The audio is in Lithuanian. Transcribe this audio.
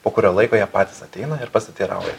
po kurio laiko jie patys ateina ir pasiteirauja